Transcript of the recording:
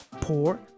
Pour